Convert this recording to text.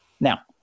Now